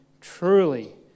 Truly